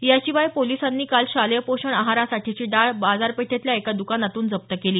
याशिवाय पोलिसांनी काल शालेय पोषण आहारासाठीची डाळ बाजारपेठेतल्या एका दुकानातून जप्त केली